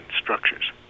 structures